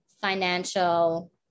financial